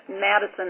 Madison